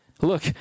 look